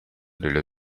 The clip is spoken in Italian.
dello